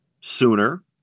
sooner